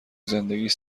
زندگیش